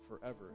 forever